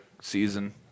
season